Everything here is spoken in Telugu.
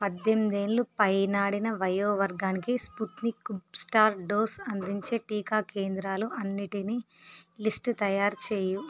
పద్దెనిమిది ఏళ్ళు పైనాడిన వయోవర్గానికి స్పుత్నికుబ్స్టార్ డోస్ అందించే టీకా కేంద్రాలు అన్నిటినీ లిస్టు తయారు చేయి